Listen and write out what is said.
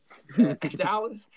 dallas